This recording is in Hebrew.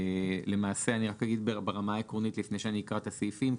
אני אסביר ברמה העקרונית לפני שאני אקרא את הסעיפים.